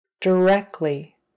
Directly